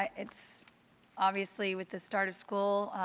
ah it's obviously with the start of school,